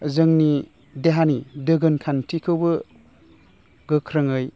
जोंनि देहानि दोगोन खान्थिखौबो गोख्रोङै